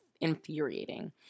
infuriating